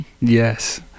yes